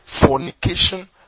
fornication